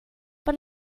but